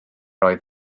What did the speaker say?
oedd